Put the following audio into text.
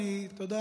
אתה יודע,